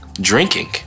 drinking